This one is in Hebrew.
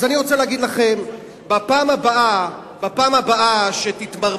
אז אני רוצה להגיד לכם: בפעם הבאה שתתמרמרו